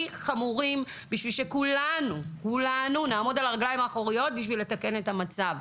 חמורים בשביל שכולנו נעמוד על הרגליים האחוריות בשביל לתקן את המצב.